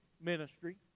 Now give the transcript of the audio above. ministry